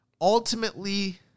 ultimately